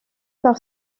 par